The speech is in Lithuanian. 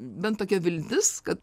bent tokia viltis kad